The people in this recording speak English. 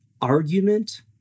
argument